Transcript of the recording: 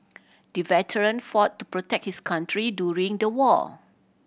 the veteran fought to protect his country during the war